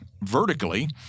vertically